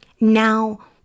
now